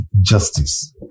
justice